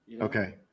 Okay